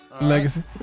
legacy